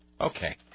Okay